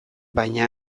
baina